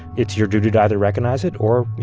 it's your duty to either recognize it, or, you